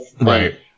right